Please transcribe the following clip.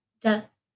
death